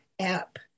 app